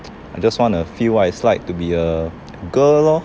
I just want to feel what's it like to be a girl lor